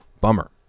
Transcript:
Bummer